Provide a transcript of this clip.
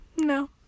No